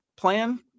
plan